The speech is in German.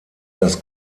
das